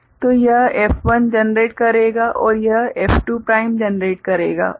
तो यह F1 generate करेगा और यह F2 प्राइम जनरेट करेगा